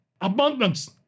abundance